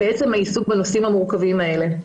מעצם העיסוק בנושאים המורכבים האלה.